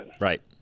Right